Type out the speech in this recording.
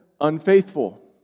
unfaithful